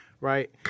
Right